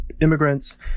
immigrants